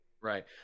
Right